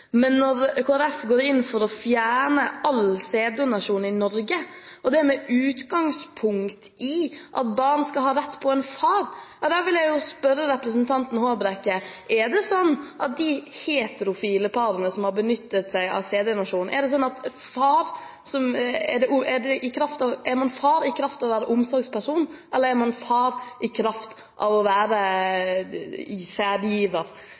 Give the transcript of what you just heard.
Men når Kristelig Folkeparti går inn for å fjerne all sæddonnasjon i Norge, med det utgangspunkt at barn skal ha rett på en far, vil jeg spørre representanten Håbrekke: Er det sånn blant de heterofile parene som har benyttet seg av sæddonnasjon, at man der er far i kraft å være omsorgsperson, eller er man far i kraft av å være sædgiver? Og er det slik at Kristelig Folkeparti ikke anerkjenner disse familiene som familier? Hvis representanten finner grunn til å